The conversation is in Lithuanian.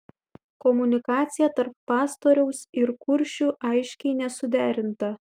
komunikacija tarp pastoriaus ir kuršių aiškiai nesuderinta